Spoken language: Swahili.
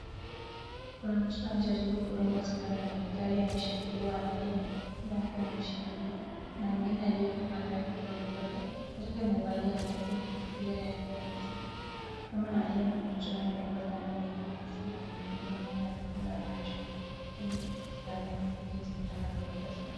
Kuna mtoto anajaribu kudungwa sindano na daktari ameshikiliwa analia, mama yake amemshikilia, kuna mwingine aliye hapo kando yake amebeba mtoto, daktari amevalia maski na kofia nyeusi, mama aliye na mtoto anayedungwa sindano ameeka maski na amefungua meno na amefunga macho ili asione jinsi mtoto anavyodungwa sindano.